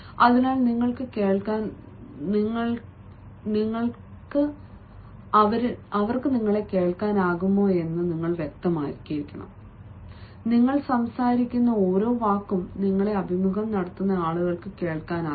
അതിനാൽ നിങ്ങൾക്ക് കേൾക്കാനാകുമെന്ന് നിങ്ങളുടെ ശബ്ദം വ്യക്തമാണ് അത് വ്യക്തമാണ് നിങ്ങൾ സംസാരിക്കുന്ന ഓരോ വാക്കും നിങ്ങളെ അഭിമുഖം നടത്തുന്ന ആളുകൾക്ക് കേൾക്കാനാകും